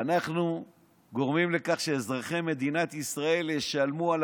אנחנו גורמים לכך שאזרחי מדינת ישראל ישלמו על